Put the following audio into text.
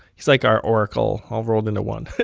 he's like our oracle all rolled into one